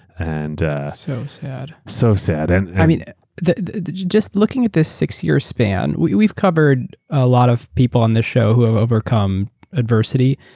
and so sad. so sad. and just looking at this six-year span, we've covered a lot of people on this show who have overcome adversity.